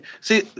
See